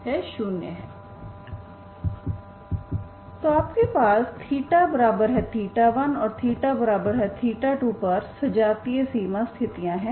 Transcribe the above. तो आपके पास θ1 और θ2पर सजातीय सीमा स्थितियां हैं